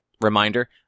reminder